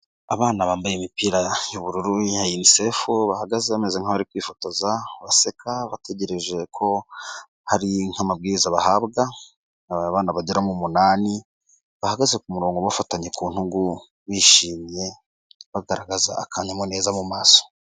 Abana bambaye imipira y'ubururu ya Unicef, bahagaze bameze nka bari kwifotoza, baseka bategereje ko hari nk'amabwiriza bahabwa, abana bagera ku munani bahagaze ku murongo bafatanye ku ntugu bishimye, bagaragaza akanyamuneza mu maso.